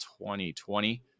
2020